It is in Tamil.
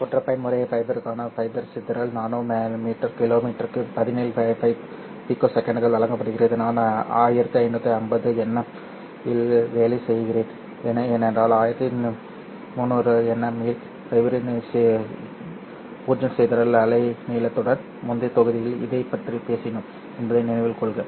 ஒற்றை பயன்முறை ஃபைபருக்கான ஃபைபர் சிதறல் நானோ மீட்டர் கிலோமீட்டருக்கு 17 பைக்கோசெகண்டுகள் வழங்கப்படுகிறது நான் 1550nm இல் வேலை செய்கிறேன் என்றால் 1300 nm இல் ஃபைபரின் 0 சிதறல் அலைநீளத்துடன் முந்தைய தொகுதியில் இதைப் பற்றி பேசினோம் என்பதை நினைவில் கொள்க